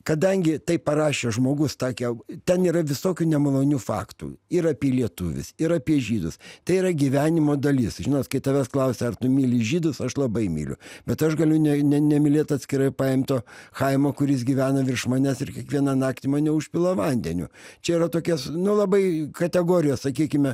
kadangi tai parašė žmogus tokią ten yra visokių nemalonių faktų ir apie lietuvius ir apie žydus tai yra gyvenimo dalis žinot kai tavęs klausia ar tu myli žydus aš labai myliu bet aš galiu ne nemylėt atskirai paimto chaimo kuris gyvena virš manęs ir kiekvieną naktį mane užpila vandeniu čia yra tokios nu labai kategorijos sakykime